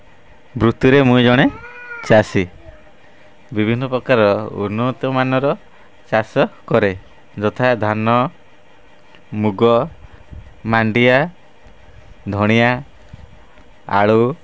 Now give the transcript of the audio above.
ବୃତ୍ତିରେ ମୁଁ ଜଣେ ଚାଷୀ ବିଭିନ୍ନ ପ୍ରକାର ଉନ୍ନତମାନର ଚାଷ କରେ ଯଥା ଧାନ ମୁଗ ମାଣ୍ଡିଆ ଧନିଆ ଆଳୁ